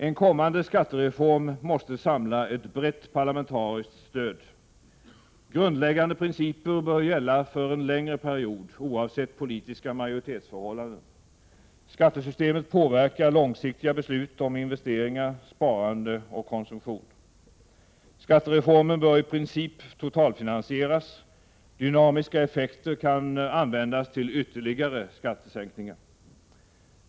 En kommande skattereform måste samla ett brett parlamentariskt stöd. Grundläggande principer bör gälla för en längre period, oavsett politiska majoritetsförhållanden. Skattesystemet påverkar långsiktiga beslut om investeringar, sparande och konsumtion. Skattereformen bör i princip totalfinansieras. Dynamiska effekter kan användas till ytterligare skattesänkningar.